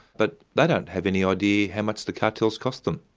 but they don't have any idea how much the cartel's cost them,